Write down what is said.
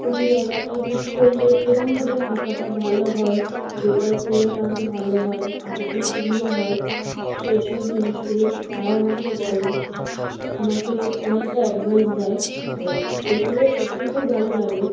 কোন জায়গাটায় ঠিক করলে কীরকম ভাবে আঁকাটা ভালো হয় বেটার করলে আরও ভালো হয় আঁকাটা সুন্দর হয় সেইসব জিনিসগুলো তারাও আমাকে বলে আমাকে অনেকটা অ্যাডভাইস দেয় তো সেইগুলোও সত্যি খুব ভালো লাগে